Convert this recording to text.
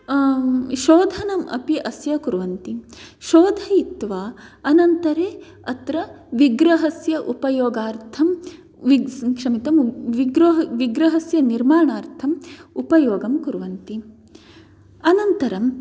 शोधनम् अपि अस्य कुर्वन्ति शोधयित्वा अनन्तरं अत्र विग्रहस्य उपयोगार्थं क्षम्यतां विग्रहस्य निर्माणार्थम् उपयोगं कुर्वन्ति अनन्तरं